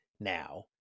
now